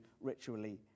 ritually